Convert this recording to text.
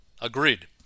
Agreed